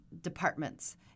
departments